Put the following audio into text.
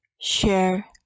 share